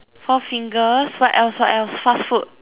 four fingers what else what else fast food